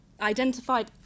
identified